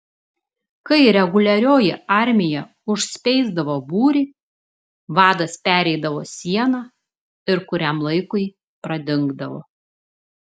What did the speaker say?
kai reguliarioji armija užspeisdavo būrį vadas pereidavo sieną ir kuriam laikui pradingdavo